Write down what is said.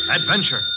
adventure